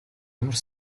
ямар